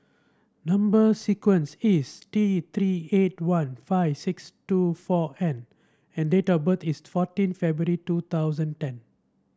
number sequence is T Three eight one five six two four N and date of birth is fourteen February two thousand ten